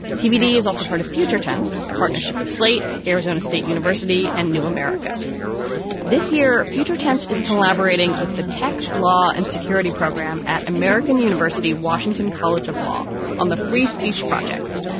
tbd is also part of future tense, a partnership of slate, arizona state university and new america this year. future tense is collaborating with the tech law and security program at american university washington college of law on the free speech project,